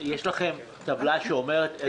יש לכם טבלה שאומרת אילו משרדים?